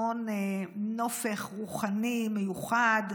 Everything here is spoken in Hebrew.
המון נופך רוחני מיוחד.